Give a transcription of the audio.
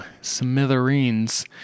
smithereens